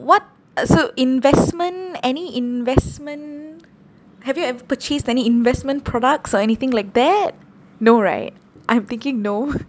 what uh so investment any investment have you ever purchased any investment products or anything like that no right I'm thinking no